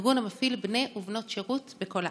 ארגון המפעיל בני ובנות שירות בכל הארץ.